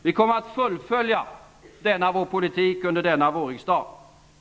Vi kommer att fullfölja denna vår politik under denna vårriksdag.